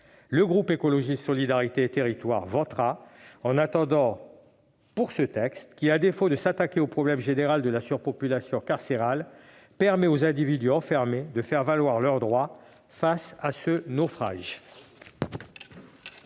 le groupe Écologiste - Solidarité et Territoires votera ce texte, lequel, à défaut de s'attaquer au problème général de la surpopulation carcérale, permet aux individus enfermés de faire valoir leurs droits face à ce naufrage.